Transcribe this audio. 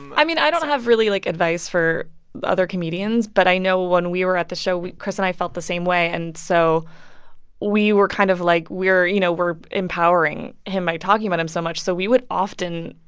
i mean, i don't have really, like, advice for other comedians. but i know when we were at the show, chris and i felt the same way. and so we were kind of like, we're you know, we're empowering him by talking about him so much. so we would often,